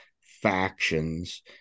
factions